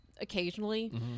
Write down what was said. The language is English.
occasionally